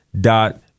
dot